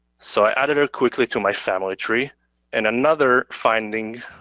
so i added her quickly to my family tree and another finding,